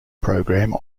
program